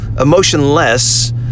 emotionless